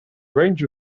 range